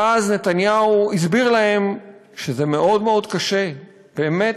ואז נתניהו הסביר להם שזה קשה מאוד מאוד,